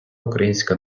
українська